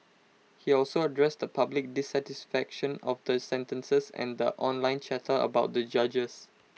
he also addressed the public dissatisfaction of the sentences and the online chatter about the judges